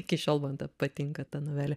iki šiol man ta patinka ta novelė